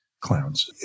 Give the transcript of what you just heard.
clowns